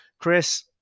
Chris